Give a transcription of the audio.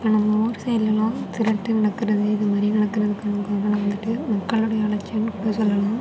இப்போ நம்ம ஊர் சைடில்லாம் திருட்டு நடக்கிறது இது மாதிரி நடக்கிறது நம்ம வந்துட்டு மக்களோடய அலட்சியம்னு கூட சொல்லலாம்